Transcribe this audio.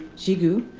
gigoux,